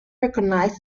recognized